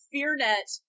Fearnet